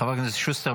חבר הכנסת שוסטר,